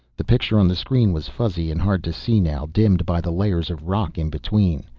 the picture on the screen was fuzzy and hard to see now, dimmed by the layers of rock in-between.